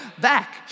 back